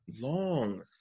long